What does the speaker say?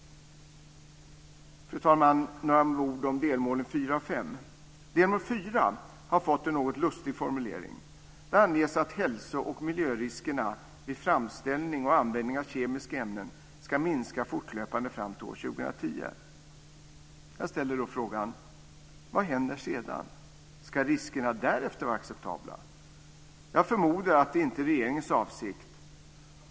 Fru talman! Jag vill säga några ord om delmålen 4 och 5. Delmål 4 har fått en något lustig formulering. Där anges att hälso och miljöriskerna vid framställning och användning av kemiska ämnen ska minska fortlöpande fram till år 2010. Jag ställer då frågan: Vad händer sedan? Ska risker därefter vara acceptabla? Jag förmodar att det inte är regeringens avsikt.